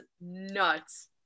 nuts